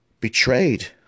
betrayed